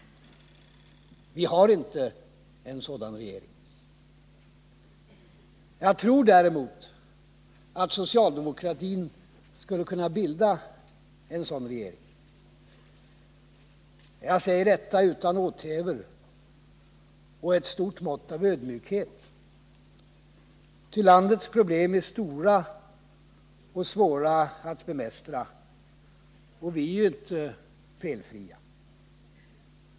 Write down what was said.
Vi har inte en sådan regering. Jag tror däremot att socialdemokratin skulle kunna bilda en sådan regering. Jag säger detta utan åthävor och med ett stort mått av ödmjukhet, ty landets problem är stora och svåra att bemästra, och vi är ju inte felfria.